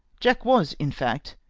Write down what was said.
jack was, in fact,